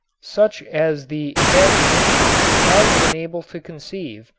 such as the imagination has been able to conceive,